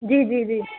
جی جی جی